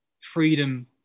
freedom